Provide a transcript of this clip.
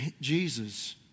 Jesus